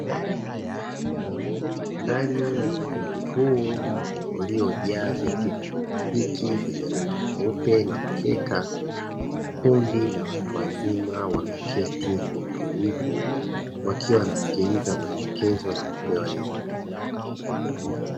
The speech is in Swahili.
Ndani ya ukumbi huu uliojaa viti vya plastiki vyenye rangi nyeupe na mkeka, kundi la watu wazima wameketi kwa utulivu wakiwa wanasikiliza maelekezo na kupewa elimu.